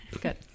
Good